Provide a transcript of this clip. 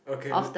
okay l~